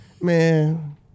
man